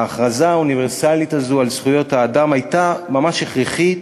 ההכרזה האוניברסלית הזו על זכויות האדם הייתה ממש הכרחית,